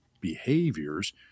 behaviors